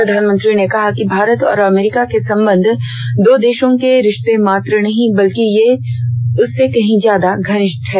प्रधानमंत्री ने कहा कि भारत और अमरीका के संबंध दो देशों के रिश्ते मात्र नहीं बल्कि ये उससे कहीं ज्यादा घनिष्ठ हैं